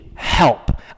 help